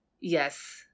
yes